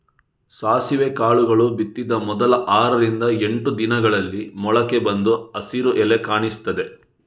ಸಾಸಿವೆ ಕಾಳುಗಳು ಬಿತ್ತಿದ ಮೊದಲ ಆರರಿಂದ ಎಂಟು ದಿನಗಳಲ್ಲಿ ಮೊಳಕೆ ಬಂದು ಹಸಿರು ಎಲೆ ಕಾಣಿಸ್ತದೆ